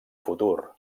futur